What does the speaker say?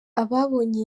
ababonye